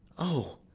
o,